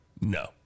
no